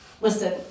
Listen